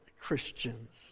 Christians